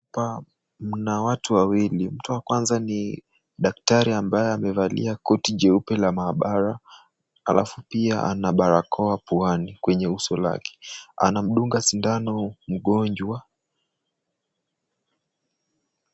Hapa mna watu wawili. Mtu wa kwanza ni daktari ambaye amevalia koti jeupe la maabara halafu pia ana barakoa puani kwenye uso lake. Anamdunga sindano mgonjwa.